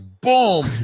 boom